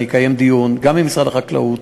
אני אקיים דיון גם עם משרד החקלאות,